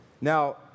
Now